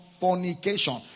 fornication